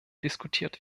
diskutiert